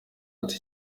ati